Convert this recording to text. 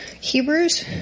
Hebrews